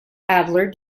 adler